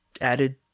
added